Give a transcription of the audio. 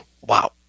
Wow